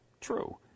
True